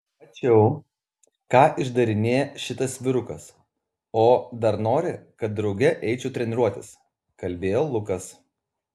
mačiau ką išdarinėja šitas vyrukas o dar nori kad drauge eičiau treniruotis kalbėjo lukas